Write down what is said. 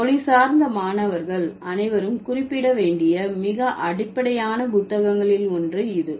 மொழிசார்ந்த மாணவர்கள் அனைவரும் குறிப்பிட வேண்டிய மிக அடிப்படையான புத்தகங்களில் ஒன்று இது